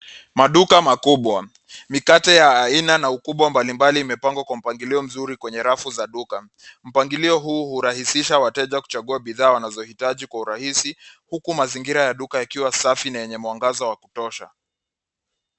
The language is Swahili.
Maduka makubwa, mikate ya aina na ukubwa mbalimbali imepangwa kwa mpangilio mzuri kwenye rafu za duka, mpangilio huu urahisisha wateja kuchagua bidhaa wanazohitaji kwa urahisi huku mazingira ya duka yakiwa safi na yenye mwangaza wa kutosha.